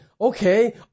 okay